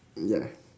ya